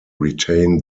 retain